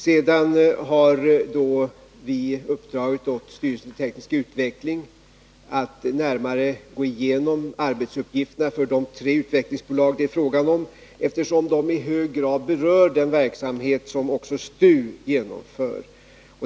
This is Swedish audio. Sedan har vi uppdragit åt styrelsen för teknisk utveckling att närmare gå igenom arbetsuppgifterna för de tre utvecklingsbolag det är fråga om, eftersom de i hög grad berör den verksamhet som också STU genomför.